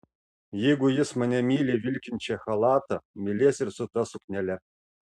jeigu jis mane myli vilkinčią chalatą mylės ir su ta suknele